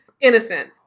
innocent